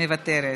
מוותרת,